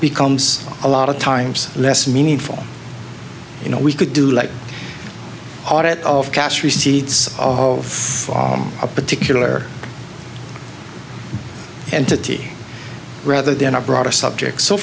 becomes a lot of times less meaningful you know we could do like audit of cash receipts of a particular entity rather than a broader subject so